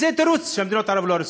זה תירוץ שמדינות ערב לא רצו.